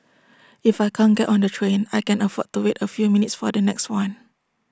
if I can't get on the train I can afford to wait A few minutes for the next one